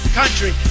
country